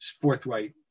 forthright